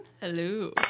Hello